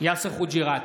יאסר חוג'יראת,